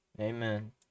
Amen